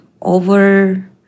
over